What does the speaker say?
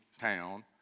town